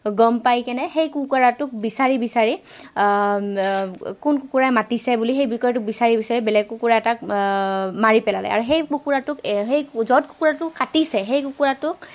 গম পাই কেনে সেই কুকুৰাটোক বিচাৰি বিচাৰি কোন কুকুৰাই মাতিছে বুলি সেই বিচাৰি বিচাৰি বেলেগ কুকুৰা এটাক মাৰি পেলালে আৰু সেই কুকুৰাটোক সেই য'ত কুকুৰাটো কাটিছে সেই কুকুৰাটোক